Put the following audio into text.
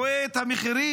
רואה את המחירים,